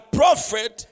prophet